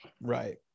Right